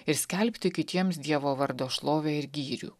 ir skelbti kitiems dievo vardo šlovę ir gyrių